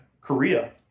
Korea